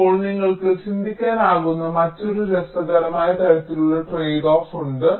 ഇപ്പോൾ നിങ്ങൾക്ക് ചിന്തിക്കാനാകുന്ന മറ്റൊരു രസകരമായ തരത്തിലുള്ള ട്രേഡ്ഓഫ് ഉണ്ട്